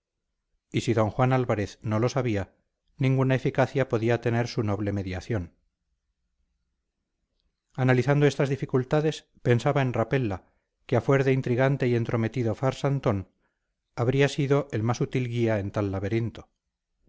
y si d juan álvarez no lo sabía ninguna eficacia podía tener su noble mediación analizando estas dificultades pensaba en rapella que a fuer de intrigante y entrometido farsantón habría sido el más útil guía en tal laberinto